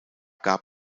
gab